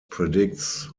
predicts